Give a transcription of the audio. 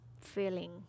feeling